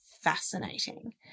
fascinating